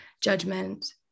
judgment